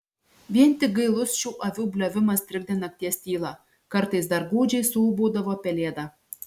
vien tik gailus šių avių bliovimas trikdė nakties tylą kartais dar gūdžiai suūbaudavo pelėda